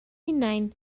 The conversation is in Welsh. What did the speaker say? hunain